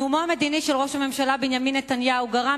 נאומו המדיני של ראש הממשלה בנימין נתניהו גרם